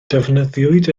defnyddiwyd